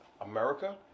America